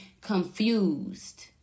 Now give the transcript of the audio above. confused